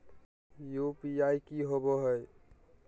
UPI की होबो है?